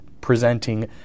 presenting